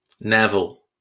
Neville